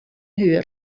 höher